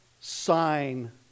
sign